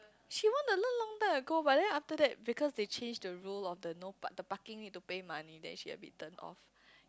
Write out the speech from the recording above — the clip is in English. she want to learn long time ago but then after that because they change the rule of the no the parking need to pay money then she a bit turn off